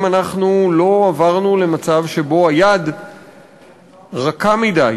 אם אנחנו לא עברנו למצב שבו היד רכה מדי,